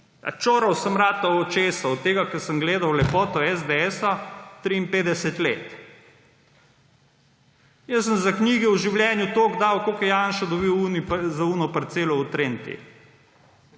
čorav sem ratal od česa? Od tega, ker sem gledal lepoto SDS-a 53 let. Jaz sem za knjige v življenju toliko dal, kot je Janša dobil za tisto parcelo v Trenti,